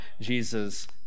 Jesus